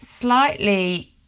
slightly